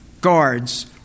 guards